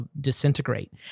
disintegrate